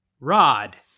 Rod